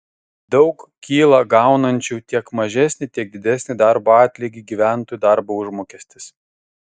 daug kyla gaunančių tiek mažesnį tiek didesnį darbo atlygį gyventojų darbo užmokestis